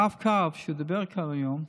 הרב-קו, שהוא דיבר עליו היום,